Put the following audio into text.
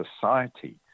society